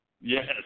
Yes